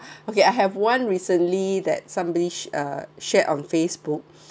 okay I have one recently that somebody's uh share on Facebook